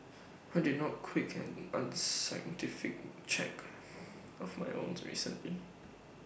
I did not quick and unscientific check of my own recently